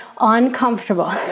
uncomfortable